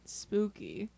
spooky